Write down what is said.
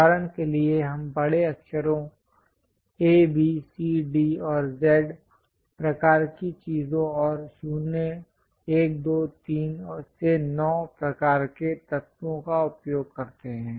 उदाहरण के लिए हम बड़े अक्षरों A B C D और Z प्रकार की चीजों और 0 1 2 3 से 9 प्रकार के तत्वों का उपयोग करते हैं